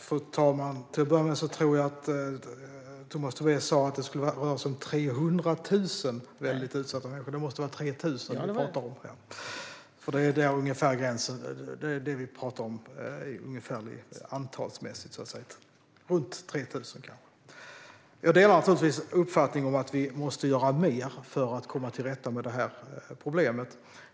Fru talman! Till att börja med tror jag att Tomas Tobé sa att det skulle röra sig om 300 000 väldigt utsatta människor. Det måste vara 3 000, för det är ungefär det vi talar om antalsmässigt - runt 3 000. Jag delar naturligtvis uppfattningen att vi måste göra mer för att komma till rätta med det här problemet.